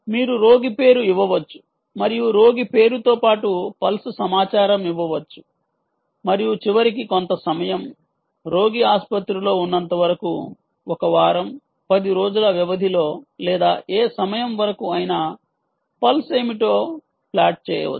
మీరు రోగి పేరు ఇవ్వవచ్చు మరియు రోగి పేరుతో పాటు పల్స్ సమాచారం ఇవ్వవచ్చు మరియు చివరికి కొంత సమయం రోగి ఆసుపత్రిలో ఉన్నంతవరకు ఒక వారం 10 రోజుల వ్యవధిల లేదా ఏ సమయం వరకు అయినా పల్స్ ఏమిటో ప్లాట్ చేయవచ్చు